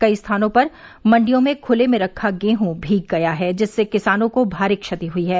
कई स्थानों पर मंडियों में खुले में रखा गेहूं भीग गया है जिससे किसानों को भारी क्षति हुई है